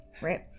Right